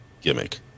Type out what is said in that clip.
gimmick